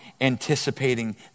anticipating